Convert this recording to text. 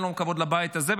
אין לו כבוד לבית הזה,